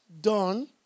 done